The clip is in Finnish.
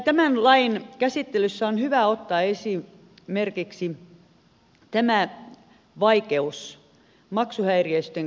tämän lain käsittelyssä on hyvä ottaa huomioon esimerkiksi tämä vaikeus maksuhäiriöisten kohdalla